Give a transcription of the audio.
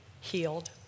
healed